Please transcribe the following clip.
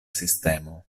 sistemo